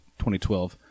2012